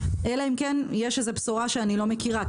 אלא אם כן יש בשורה שאני לא מכירה.